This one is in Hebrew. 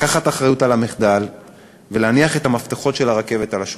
לקחת אחריות למחדל ולהניח את המפתחות של הרכבת על השולחן.